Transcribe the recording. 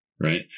Right